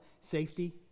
safety